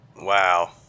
Wow